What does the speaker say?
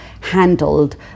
handled